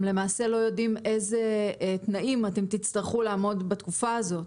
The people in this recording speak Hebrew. למעשה לא יודעים באיזה תנאים אתם תצטרכו לעמוד בתקופה הזאת.